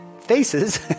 faces